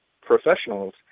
professionals